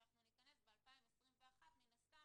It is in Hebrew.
כשאנחנו ניכנס ב-2021 מן הסתם,